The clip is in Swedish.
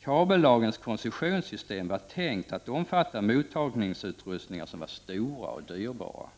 Kabellagens koncessionssystem var tänkt att omfatta mottagningsutrustningar som var stora och dyrbara.